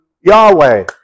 Yahweh